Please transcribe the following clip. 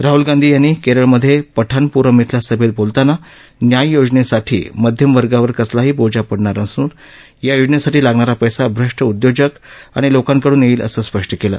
राहुल गांधी यांनी केरळमधे पठाणपूरम् इथल्या समेत बोलताना न्याय योजनेसाठी मध्यम वर्गावर कसलाही बोजा पडणार नसून या योजनेसाठी लागणारा पैसा भ्रष्ट उद्योजक आणि लोकांकडून येईल असं स्पष्ट केलं